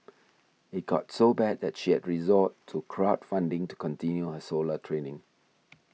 it got so bad that she had to resort to crowd funding to continue her solo training